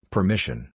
Permission